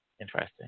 Interesting